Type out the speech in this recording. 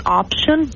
option